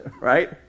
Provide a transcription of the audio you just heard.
right